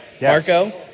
Marco